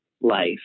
life